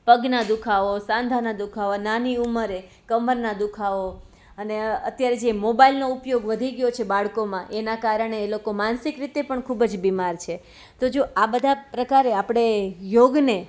પગના દુખાવો સાંધાના દુખાવો નાની ઉંમરે કમરના દુખાવો અને અત્યારે જે મોબાઈલનો ઉપયોગ વધી ગયો છે બાળકોમાં એના કારણે એ લોકો માનસિક રીતે પણ ખૂબ જ બીમાર છે તો જો આ બધા પ્રકારે આપણે યોગને